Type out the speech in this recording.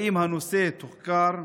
5. האם הנושא תוחקר?